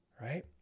right